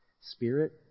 Spirit